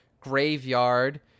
graveyard